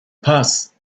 purse